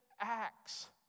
acts